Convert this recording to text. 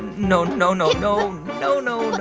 no, no, no, no, no, no, but